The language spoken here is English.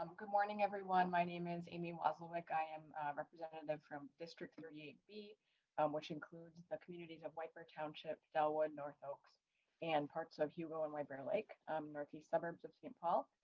um good morning, everyone. my name is amy was like i um represent and from district thirty eight be which includes a community of white for township tell what north oaks and parts of hero and my brother like murky suburbs of saint paul.